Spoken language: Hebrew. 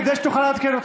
כדי שתוכל לעדכן אותך.